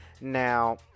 now